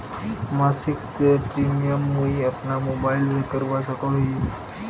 मासिक प्रीमियम मुई अपना मोबाईल से करवा सकोहो ही?